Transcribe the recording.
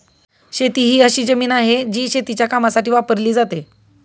शेती ही अशी जमीन आहे, जी शेतीच्या कामासाठी वापरली जाते